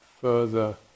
further